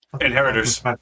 Inheritors